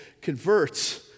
converts